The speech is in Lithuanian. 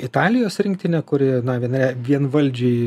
italijos rinktinę kuri na vienarei vienvaldžiai